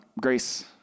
grace